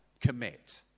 commit